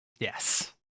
Yes